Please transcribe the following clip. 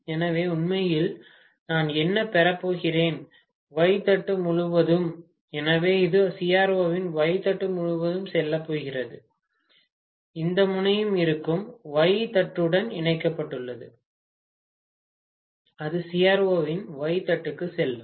எனவே உண்மையில் நான் என்ன பெறப் போகிறேன் Y தட்டு முழுவதும் எனவே இது CRO இன் Y தட்டு முழுவதும் செல்லப் போகிறது இந்த முனையம் இருக்கும் Y தட்டுடன் இணைக்கப்பட்டுள்ளது அது CRO இன் Y தட்டுக்குச் செல்லும்